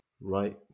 right